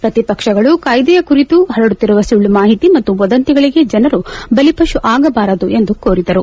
ಪ್ರತಿಪಕ್ಷಗಳು ಕಾಯ್ದೆ ಕುರಿತು ಹರಡುತ್ತಿರುವ ಸುಳ್ಳು ಮಾಹಿತಿ ಮತ್ತು ವದಂತಿಗಳಿಗೆ ಜನರು ಬಲಿಪಶು ಆಗಬಾರದು ಎಂದು ಕೋರಿದರು